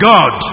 God